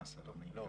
נהרגו,